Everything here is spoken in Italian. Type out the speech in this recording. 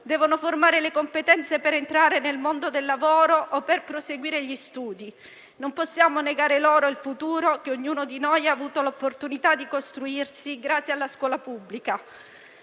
Devono formare le competenze per entrare nel mondo del lavoro o per proseguire gli studi. Non possiamo negare loro il futuro che ognuno di noi ha avuto l'opportunità di costruirsi grazie alla scuola pubblica.